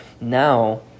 now